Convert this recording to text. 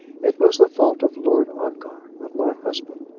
it was the fault of lord ongar of my husband.